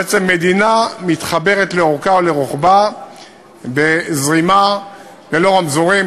בעצם המדינה מתחברת לאורכה ולרוחבה בזרימה ללא רמזורים.